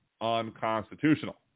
unconstitutional